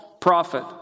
prophet